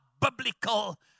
biblical